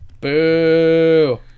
Boo